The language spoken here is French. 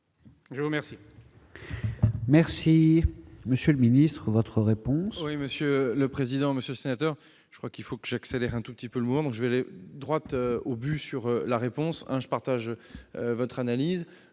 je vous remercie